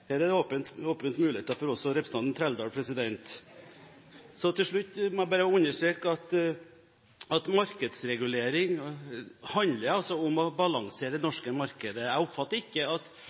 for representanten Trældal. Til slutt må jeg bare understreke at markedsregulering handler altså om å balansere det norske markedet. Jeg oppfatter ikke at